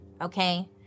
okay